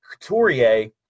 Couturier